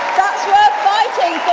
that's worth fighting